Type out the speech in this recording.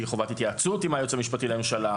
חובת התייעצות עם הייעוץ המשפטי לממשלה,